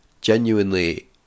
Genuinely